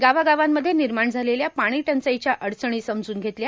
गावागावांमध्ये निर्माण झालेल्या पाणीटंचाईच्या अडचणी समजून घेतल्या